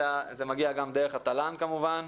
אלא זה מגיע גם דרך התל"ן כמובן,